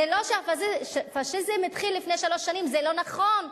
זה לא שהפאשיזם התחיל לפני שלוש שנים, זה לא נכון.